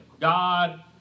God